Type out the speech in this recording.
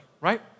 right